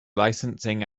licensing